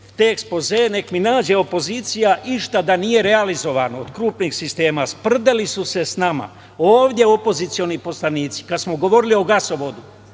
te ekspozee, nek mi nađe opozicija išta da nije realizovano od krupnih sistema, a sprdali su se sa nama, ovde opozicioni poslanici kada smo govorili o gasovodu